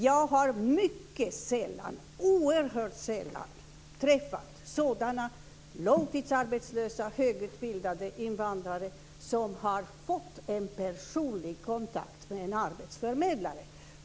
Jag har oerhört sällan träffat långtidsarbetslösa högutbildade invandrare som har fått en personlig kontakt med en arbetsförmedlare.